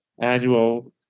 annual